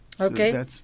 Okay